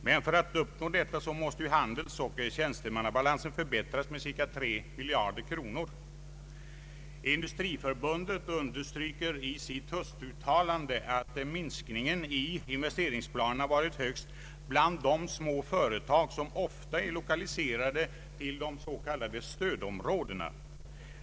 För att detta skall bli möjligt måste handelsoch tjänstebalansen förbättras med ca 3 miljarder kronor. Industriförbundet understryker i sitt höstuttalande att minskningen i investeringsplanerna varit störst bland de små företag som ofta är lokaliserade till de s.k. stödområdena.